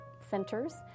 centers